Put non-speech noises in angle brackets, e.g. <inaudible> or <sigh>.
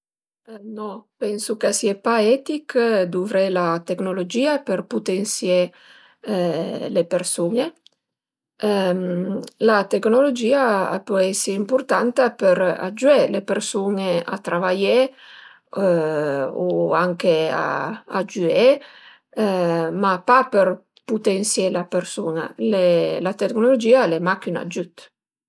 No pensu ch'a sie pa etich duvré la tecnologìa për putensié le persun-e. <hesitation> La tecnologìa a pöl esi ëmpurtanta për agiüé le persun-e a travaié u anche a giüé, ma pa për putensié la persun-a, la tecnologìa al e mach ün agiüt